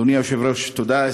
אדוני היושב-ראש, תודה.